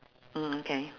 mm okay